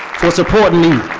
for supporting me,